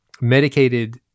medicated